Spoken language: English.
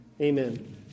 amen